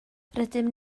rydym